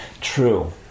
True